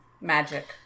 Magic